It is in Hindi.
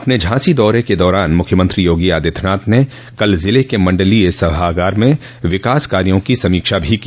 अपने झांसी दौरे के दौरान मुख्यमंत्री योगी आदित्यनाथ ने कल जिले के मण्डलीय सभागार में विकास कार्यो की समीक्षा भी की